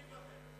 אני מוותר.